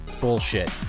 Bullshit